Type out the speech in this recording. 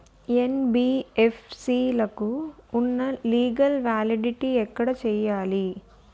NBFC లకు ఉన్నా legal validity ఎక్కడ చెక్ చేయాలి?